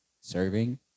serving